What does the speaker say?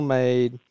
made